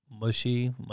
mushy